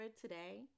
today